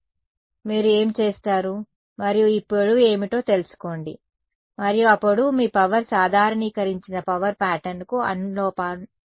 కాబట్టి మీరు ఏమి చేస్తారు మరియు ఈ పొడవు ఏమిటో తెలుసుకోండి మరియు ఆ పొడవు మీ పవర్ సాధారణీకరించిన పవర్ ప్యాటర్న్కు అనులోమానుపాతంలో ఉంటుంది